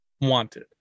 wanted